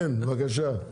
כן, בבקשה.